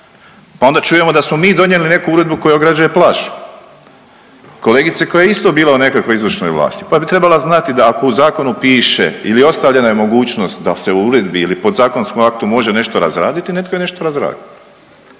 Pa onda čujemo da smo mi donijeli neku uredbu koja ograđuje plažu. Kolegica koja je isto bila u nekakvoj izvršnoj vlasti, pa bi trebala znati da ako u zakonu piše ili ostavljena je mogućnost da se u uredbi ili podzakonskom aktu može nešto razraditi netko je nešto razradio.